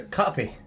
copy